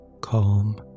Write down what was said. Calm